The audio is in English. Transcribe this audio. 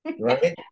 Right